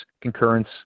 concurrence